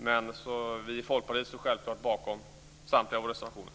Men vi i Folkpartiet står självklart bakom samtliga våra reservationer.